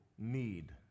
need